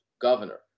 governor